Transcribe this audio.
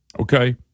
okay